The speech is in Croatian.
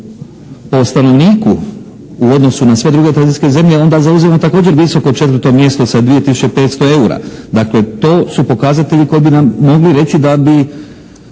po stanovniku u odnosu na sve druge tranzicijske zemlje onda zauzimamo također visoko 4. mjesto sa 2 tisuće 500 eura. Dakle to su pokazatelji koji bi nam mogli reći da bi